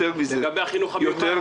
בכל